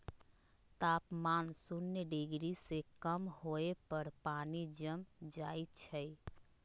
तापमान शुन्य डिग्री से कम होय पर पानी जम जाइ छइ